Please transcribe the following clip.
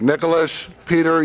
nicholas peter